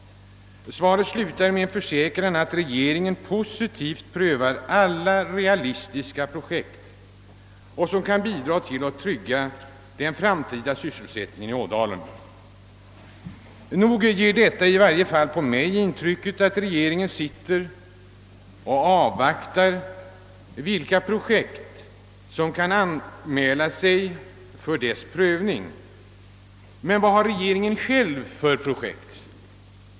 Detta slutar med en försäkran om att regeringen positivt prövar alla realistiska projekt, som kan bidra till att trygga den framtida sysselsättningen i Ådalen. Nog ger detta i varje fall mig intrycket av att regeringen sitter och avvaktar vilka projekt som kan anmäla sig för dess prövning. Men vilka projekt har regeringen själv att komma med?